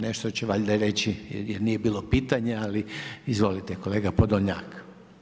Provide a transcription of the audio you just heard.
Nešto će valjda reći, nije bilo pitanja, ali izvolite kolega Podolnjak.